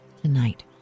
tonight